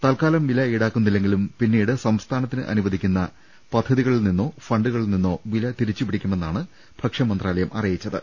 തൽക്കാലം വില് ഈടാക്കുന്നി ല്ലെങ്കിലും പിന്നീട് സംസ്ഥാനത്തിന് അനുവദിക്കുന്ന മറ്റ് പദ്ധതികളിൽ നിന്നോ ഫണ്ടുകളിൽ നിന്നോ വില തിരി ച്ചുപിടിക്കുമെന്നാണ് ഭക്ഷ്യമന്ത്രാലയം അറിയിച്ചത്